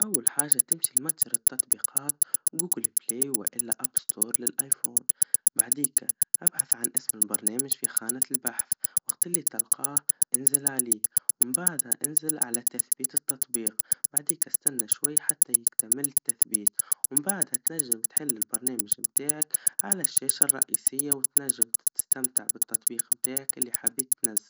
أول حاجا تمشي لمتجر التطبيقات, جوجل بلاي, وإلا أبل ستور للأيفون, وبعديكا إبحث عن اسم البرنامج في خانات البحث, وقت اللي تلقاه, إنزل عليه, بعدها إنزل على تثبيت التطبيق, بعديكا استنى شويحتى يكتمل التثبيت, ومن بعدها تنجم تحل البرنامج متاعك, على الشاشا الرئيسيا وتنجم تستمتع بالتطبيق متاعك اللي حبيت تنزله.